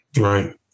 Right